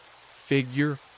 figure